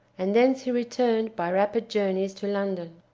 and thence he returned by rapid journeys to london.